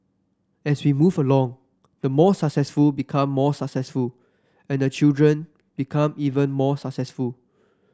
as we move along the more successful become even more successful and the children become even more successful